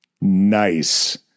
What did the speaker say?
Nice